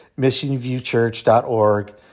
missionviewchurch.org